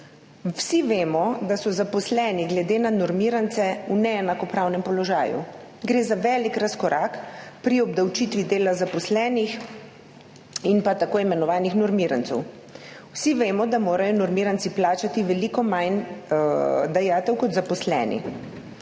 Vsi vemo, da so zaposleni glede na normirance v neenakopravnem položaju. Gre za velik razkorak pri obdavčitvi dela zaposlenih in tako imenovanih normirancev. Vsi vemo, da morajo normiranci plačati veliko manj dajatev kot zaposleni.